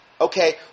Okay